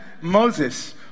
Moses